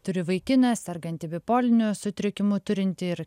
turi vaikiną sergantį bipoliniu sutrikimu turintį ir